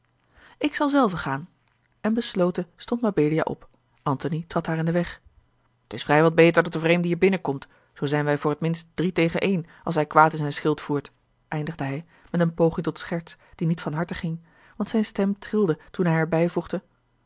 ik zal zelve gaan en besloten stond mabelia op antony trad haar in den weg t s vrij wat beter dat de vreemde hierbinnen komt zoo zijn wij voor t minst drie tegen één als hij kwaad in zijn schild voert eindigde hij met eene poging tot scherts die niet van harte ging want zijne stem trilde toen hij er